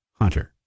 Hunter